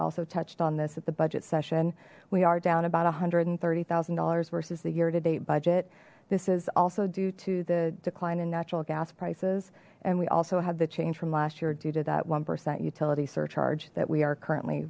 also touched on this at the budget session we are down about a hundred and thirty thousand dollars versus the year to date budget this is also due to the decline in natural gas prices and we also have the change from last year due to that one percent utility surcharge that we are currently